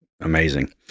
Amazing